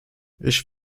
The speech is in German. ich